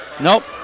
Nope